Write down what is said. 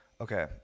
Okay